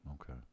Okay